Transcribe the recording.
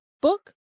book